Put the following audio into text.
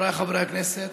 חבריי חברי הכנסת.